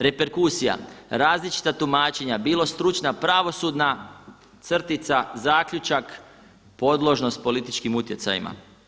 Reperkusija, različita tumačenja, bilo stručna, pravosudna, crtica, zaključak, podložnost političkim utjecajima.